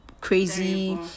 crazy